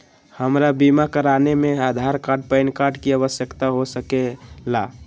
हमरा बीमा कराने में आधार कार्ड पैन कार्ड की आवश्यकता हो सके ला?